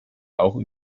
auch